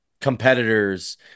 competitors